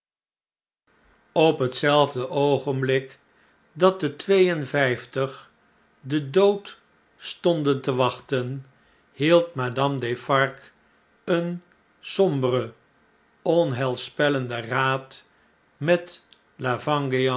op hetzelfde oogenblik dat de twee en vgftig den dood stonden te wachten hield madame defarge een somberen onheilspellenden raad met